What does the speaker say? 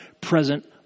present